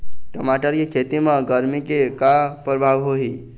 टमाटर के खेती म गरमी के का परभाव होही?